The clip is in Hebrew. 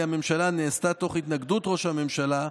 הממשלה נעשתה תוך התנגדות ראש הממשלה,